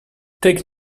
take